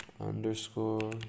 underscore